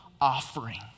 offering